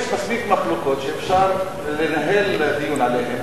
יש מספיק מחלוקות שאפשר לנהל דיון עליהן,